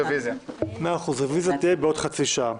רביזיה תהיה בעוד חצי שעה.